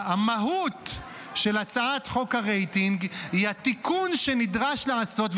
המהות של הצעת חוק הרייטינג היא התיקון שנדרש לעשות,